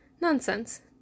Nonsense